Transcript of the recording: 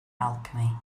alchemy